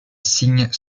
signe